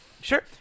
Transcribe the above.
Sure